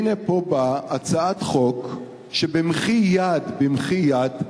הנה פה באה הצעת חוק שבמחי יד, במחי יד,